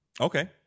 Okay